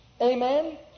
Amen